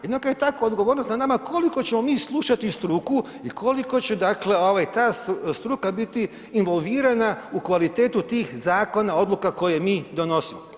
Jednako tako ako je odgovornost na nama koliko ćemo mi slušati struku i koliko će dakle, ovaj ta struka biti involvirana u kvalitetu tih zakona, odluka koje mi donosimo?